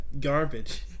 garbage